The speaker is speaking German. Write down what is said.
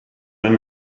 ein